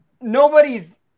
nobody's